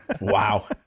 Wow